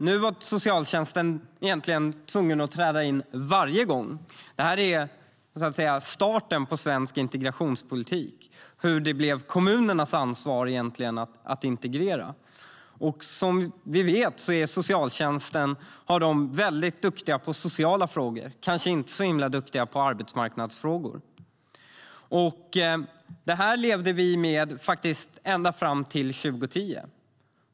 Nu var socialtjänsten tvungen att träda in varje gång. Det här var så att säga starten för svensk integrationspolitik. Det blev kommunernas ansvar att integrera. Och som vi vet är socialtjänsten väldigt duktig på sociala frågor men kanske inte så himla duktig på arbetsmarknadsfrågor. Det här levde vi med ända fram till 2010.